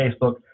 Facebook